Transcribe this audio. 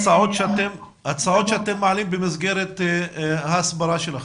אלה הצעות שאתם מעלים במסגרת ההסברה שלכם?